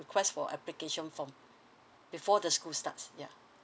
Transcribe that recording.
request for application form before the school starts yeah